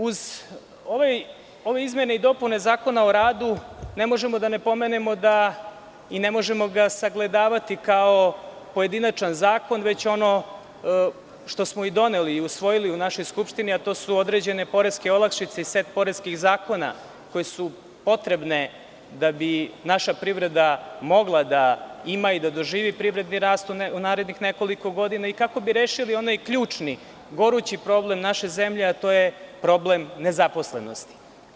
Uz ove izmene i dopune Zakona o radu ne možemo da ne pomenemo i ne možemo ga sagledavati kao pojedinačni zakon, već ono što smo doneli i usvojili u našoj Skupštini, a to su određene poreske olakšice i set poreskih zakona koje su potrebne da bi naša privreda mogla da ima i da doživi privredni rast u narednih nekoliko godina i kako bi rešili onaj ključni, gorući problem naše zemlje, a to je problem nezaposlenosti.